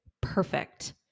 perfect